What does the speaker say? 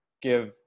give